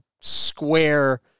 square